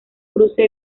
cruce